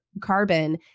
carbon